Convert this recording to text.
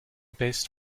best